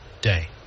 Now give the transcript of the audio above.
Day